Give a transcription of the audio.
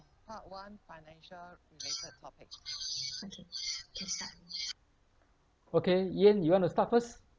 okay yan you want to start first